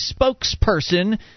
spokesperson